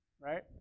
right